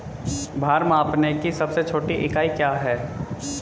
भार मापने की सबसे छोटी इकाई क्या है?